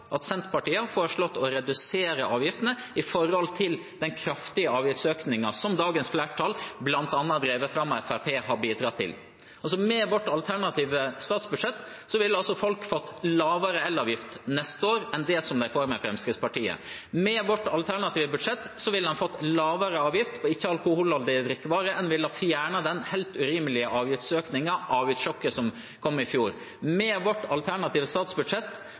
at Senterpartiet år etter år har foreslått å redusere avgiftene i forhold til den kraftige avgiftsøkningen som dagens flertall, bl.a drevet fram av Fremskrittspartiet, har bidratt til. Med vårt alternative statsbudsjett ville folk fått lavere elavgift neste år enn de får av Fremskrittspartiet. Med vårt alternative budsjett ville en fått lavere avgift på ikke-alkoholholdige drikkevarer, og en ville fjernet den helt urimelige avgiftsøkningen – avgiftssjokket – som kom i fjor. Med vårt alternative statsbudsjett,